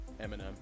Eminem